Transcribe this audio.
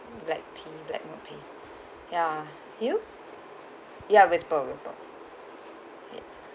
black tea black milk tea ya you ya with pearl with pearl ya